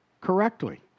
correctly